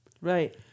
Right